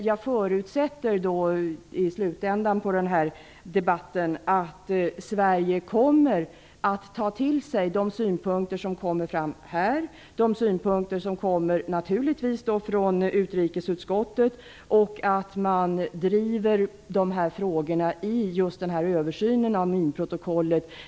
Jag förutsätter dock att Sverige kommer att ta till sig de synpunkter som kommer fram här och de som kommer från utrikesutskottet. Jag förutsätter också att man driver de frågorna i översynen av minprotokollet.